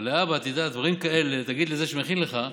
אבל להבא תדע, דברים כאלה, תגיד לזה שמכין לך,